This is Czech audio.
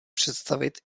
představit